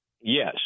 Yes